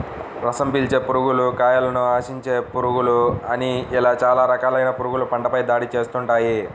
రసం పీల్చే పురుగులు, కాయను ఆశించే పురుగులు అని ఇలా చాలా రకాలైన పురుగులు పంటపై దాడి చేస్తుంటాయి